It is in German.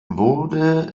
wurde